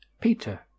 Peter